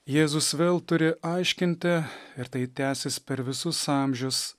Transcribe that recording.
jėzus vėl turi aiškinti ir tai tęsis per visus amžius